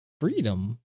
freedom